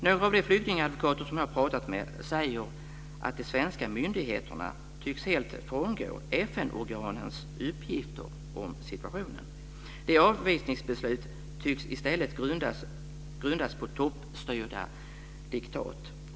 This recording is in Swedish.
Några av de flyktingadvokater som jag har pratat med säger att de svenska myndigheterna helt tycks frångå FN-organens uppgifter om situationen. Avvisningsbesluten tycks i stället grundas på toppstyrda diktat.